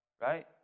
Right